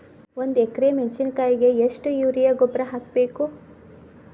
ಒಂದು ಎಕ್ರೆ ಮೆಣಸಿನಕಾಯಿಗೆ ಎಷ್ಟು ಯೂರಿಯಾ ಗೊಬ್ಬರ ಹಾಕ್ಬೇಕು?